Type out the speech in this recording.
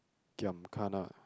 giam kana